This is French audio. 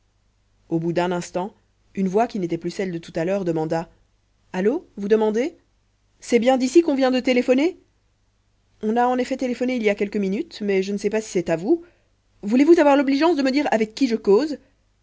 au bout d'un instant une voix qui n'était plus celle de tout à l'heure demanda allô vous demandez c'est bien d'ici qu'on vient de téléphoner on a en effet téléphoné il y a quelques minutes mais je ne sais pas si c'est à vous voulez-vous avoir l'obligeance de me dire avec qui je cause